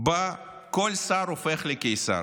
שבה כל שר הופך לקיסר.